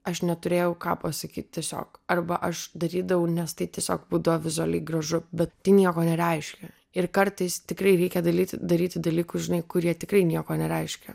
aš neturėjau ką pasakyt tiesiog arba aš darydavau nes tai tiesiog būdavo vizualiai gražu bet tai nieko nereiškia ir kartais tikrai reikia dalyti daryti dalykus žinai kurie tikrai nieko nereiškia